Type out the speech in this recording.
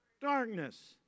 darkness